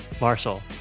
Marshall